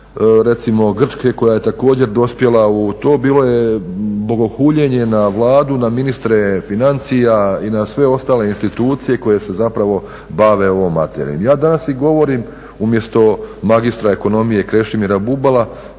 recimo Grčke koja je također dospjela u to bilo je bogohuljenje na Vladu, na ministre financija i na sve ostale institucije koje se zapravo bave ovom materijom. Ja danas i govorim umjesto magistra ekonomije Krešimira Bubala